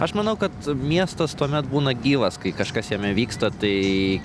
aš manau kad miestas tuomet būna gyvas kai kažkas jame vyksta tai